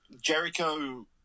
Jericho